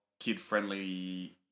kid-friendly